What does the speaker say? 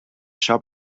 shop